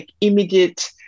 immediate